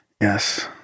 Yes